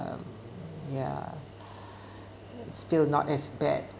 um ya still not as bad